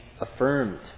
affirmed